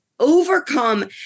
Overcome